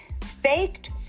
faked